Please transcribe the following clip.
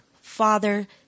father